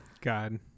God